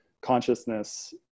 consciousness